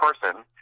person